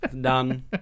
Done